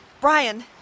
Brian